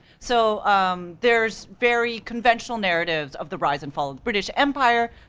so um there's very conventional narratives of the rise and fall of the british empire,